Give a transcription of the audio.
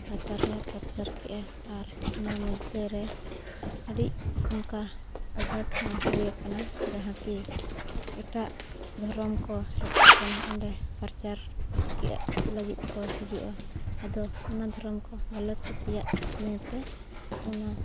ᱯᱨᱚᱪᱟᱨ ᱦᱚᱸᱞᱮ ᱯᱨᱚᱪᱟᱨ ᱠᱮᱜᱼᱟ ᱟᱨ ᱚᱱᱟ ᱢᱚᱫᱫᱷᱮ ᱨᱮ ᱟᱹᱰᱤ ᱚᱱᱠᱟ ᱟᱸᱡᱷᱟᱴ ᱦᱚᱸ ᱦᱩᱭ ᱠᱟᱱᱟ ᱡᱟᱦᱟᱸ ᱠᱤ ᱮᱴᱟᱜ ᱫᱷᱚᱨᱚᱢ ᱠᱚ ᱦᱮᱡ ᱠᱟᱛᱮᱫ ᱚᱸᱰᱮ ᱯᱨᱚᱪᱟᱨ ᱠᱮᱫ ᱞᱟᱹᱜᱤᱫ ᱠᱚ ᱦᱤᱡᱩᱜᱼᱟ ᱟᱫᱚ ᱚᱱᱟ ᱫᱷᱚᱨᱚᱢ ᱠᱚ ᱵᱟᱞᱮ ᱠᱩᱥᱤᱭᱟᱜ ᱫᱤᱭᱮ ᱛᱮ ᱚᱱᱟ